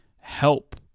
help